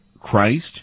Christ